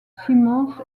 simons